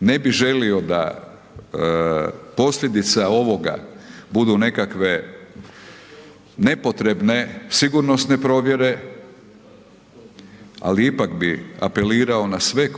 ne bi želio da posljedica ovoga budu nekakve nepotrebne sigurnosne provjere, ali ipak bi apelirao na sve